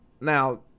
now